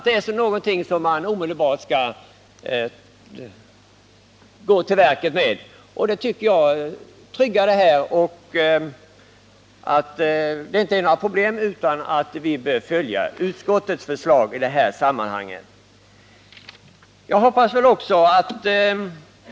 Det låter ju betryggande. Vi bör följa utskottets förslag i det här sammanhanget.